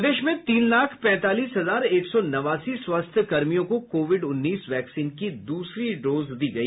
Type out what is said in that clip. प्रदेश में तीन लाख पैंतालीस हजार एक सौ नवासी स्वास्थ्य कर्मियों को कोविड उन्नीस वैक्सीन की दूसरी डोज दी गई